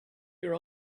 your